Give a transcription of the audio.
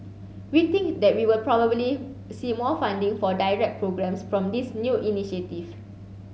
we think that we will probably see more funding for direct programmes from this new initiative